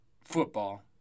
football